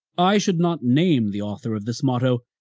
i should not name the author of this motto,